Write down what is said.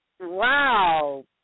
wow